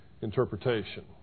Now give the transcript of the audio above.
interpretation